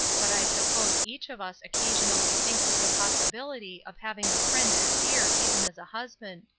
but i suppose each of us occasionally thinks of the possibility of having a friend as dear even as a husband.